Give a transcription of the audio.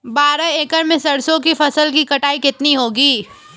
बारह एकड़ में सरसों की फसल की कटाई कितनी होगी?